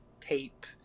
tape